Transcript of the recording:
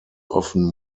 often